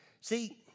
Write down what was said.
See